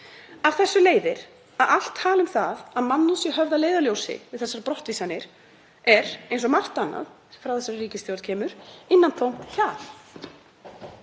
Af þessu leiðir að allt tal um að mannúð sé höfð að leiðarljósi við þessar brottvísanir er, eins og margt annað sem frá þessari ríkisstjórn kemur, innantómt hjal.